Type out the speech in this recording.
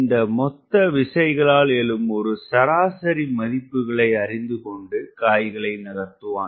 இந்த மொத்த விசைகளால் எழும் ஒரு சராசரி மதிப்புகளை அறிந்துகொண்டு காய்களை நகர்த்துவான்